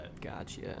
Gotcha